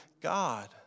God